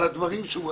על הדברים שהוא עשה.